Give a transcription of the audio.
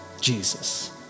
Jesus